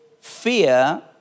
fear